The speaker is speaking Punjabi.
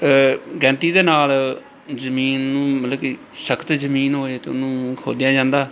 ਗੈਂਤੀ ਦੇ ਨਾਲ ਜ਼ਮੀਨ ਨੂੰ ਮਤਲਬ ਕਿ ਸਖਤ ਜ਼ਮੀਨ ਹੋਏ ਤਾਂ ਉਹਨੂੰ ਖੋਦਿਆ ਜਾਂਦਾ